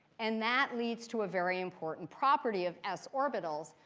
and that leads to a very important property of s orbitals,